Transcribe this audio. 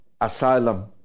asylum